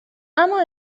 اما